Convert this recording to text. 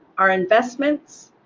our investments,